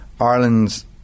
Ireland's